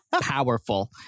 powerful